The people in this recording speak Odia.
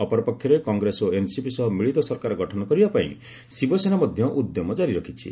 ଅପରପକ୍ଷରେ କଂଗ୍ରେସ ଓ ଏନ୍ସିପି ସହ ମିଳିତ ସରକାର ଗଠନ କରିବା ପାଇଁ ଶିବସେନା ମଧ୍ୟ ଉଦ୍ୟମ ଜାରି ରଖିଛି